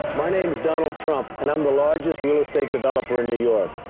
my name's donald trump, and i'm the largest real estate developer in new york.